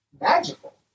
magical